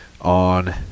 on